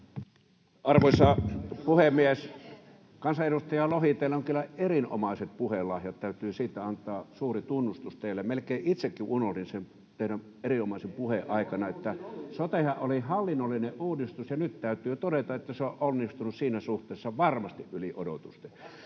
Arvoisa puhemies! Kansanedustaja Lohi, teillä on kyllä erinomaiset puhelahjat, täytyy siitä antaa suuri tunnustus teille. Melkein itsekin unohdin sen teidän erinomaisen puheen aikana, että sotehan oli hallinnollinen uudistus, ja nyt täytyy todeta, että se on onnistunut siinä suhteessa varmasti yli odotusten.